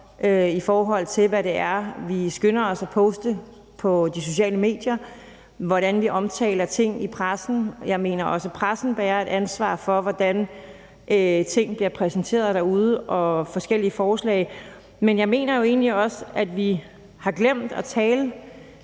i forhold til hvad det er, vi skynder os at poste på de sociale medier, og hvordan vi omtaler ting i pressen. Jeg mener også, at pressen bærer et ansvar for, hvordan ting og forskellige forslag bliver præsenteret derude. Men jeg mener egentlig også, at vi har glemt at tale